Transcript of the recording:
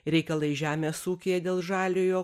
reikalai žemės ūkyje dėl žaliojo